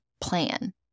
plan